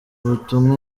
butumwa